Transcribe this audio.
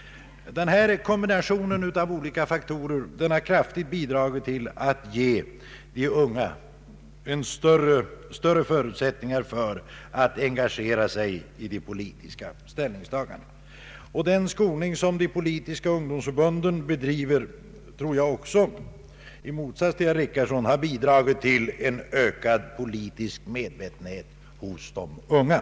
Denna kombination av olika faktorer har kraftigt bidragit till att ge de unga större förutsättningar för att engagera sig i de politiska ställningstagandena. Jag tror också, i motsats till herr Richardson, att den skolningsverksamhet som de politiska ungdomsförbunden bedriver bidragit till ökad politisk medvetenhet hos de unga.